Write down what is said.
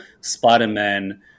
Spider-Man